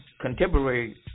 contemporary